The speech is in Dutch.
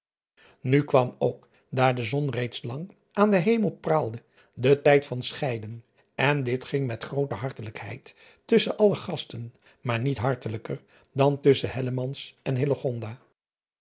u kwam ook daar de zon reeds lang aan den hemel praalde de tijd van scheiden en dit ging met groote hartelijkheid tusschen alle de gasten maar niet hartelijker dan tusschen en